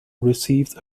received